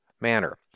manner